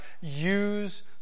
use